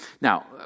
Now